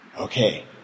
Okay